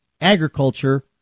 Agriculture